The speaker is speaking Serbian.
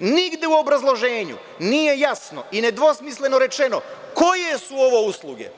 Nigde u obrazloženju nije jasno i nedvosmisleno rečeno koje su ovo usluge,